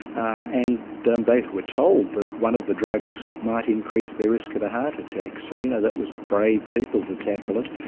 and they um they were told that one of the drugs might increase their risk of a heart attack. so you know that was brave people to tackle it.